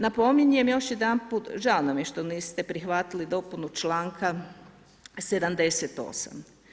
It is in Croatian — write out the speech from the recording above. Napominjem još jedanput, žao nam je što niste prihvatili dopunu članka 78.